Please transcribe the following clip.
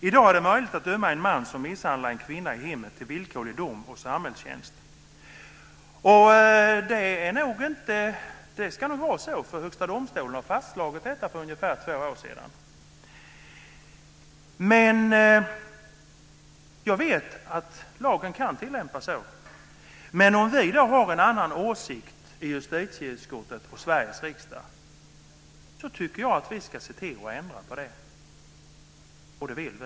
I dag är det möjligt att döma en man som misshandlar en kvinna i hemmet till villkorlig dom och samhällstjänst. Det är nog tänkt att vara så, för Högsta domstolen fastslog att detta skulle gälla för ungefär två år sedan. Jag vet att lagen kan tillämpas så. Men om vi har en annan åsikt i justitieutskottet och Sveriges riksdag tycker jag att vi ska se till att ändra på förhållandena. Det vill vi.